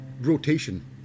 rotation